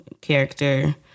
character